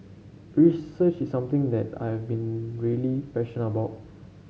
research is something that I've been really passion about